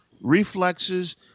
reflexes